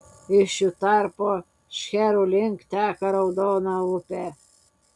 iš jų tarpo šcherų link teka raudona upė